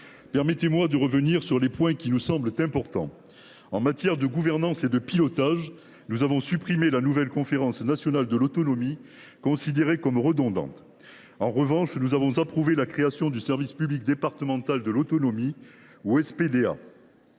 Permettez moi de revenir sur les points qui nous semblent importants. En matière de gouvernance et de pilotage, nous avons supprimé la nouvelle conférence nationale de l’autonomie, considérée comme redondante. En revanche, nous avons approuvé la création du service public départemental de l’autonomie.